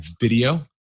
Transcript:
video